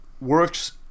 works